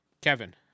Kevin